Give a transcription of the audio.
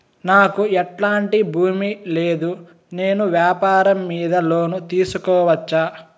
నాకు ఎట్లాంటి భూమి లేదు నేను వ్యాపారం మీద లోను తీసుకోవచ్చా?